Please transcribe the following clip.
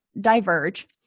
diverge